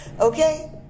Okay